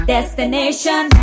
Destination